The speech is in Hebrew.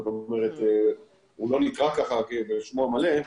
זאת אומרת הוא לא נקרא כך כשמו המלא,